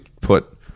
put